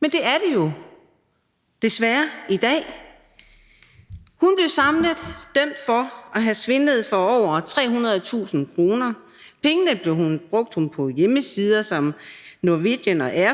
men det er det jo desværre i dag. Hun blev samlet dømt for at have svindlet for over 300.000 kr. Pengene brugte hun på hjemmesider som Norwegian og Air